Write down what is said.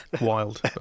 wild